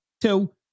Two